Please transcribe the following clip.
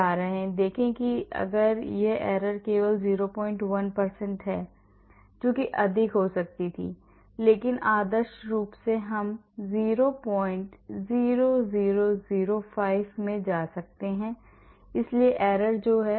देखें यह error केवल 01 है जो कि अधिक हो सकती है इसलिए आदर्श रूप से हम 00005 में जा सकते हैं इसलिए error 005 है